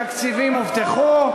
תקציבים הובטחו,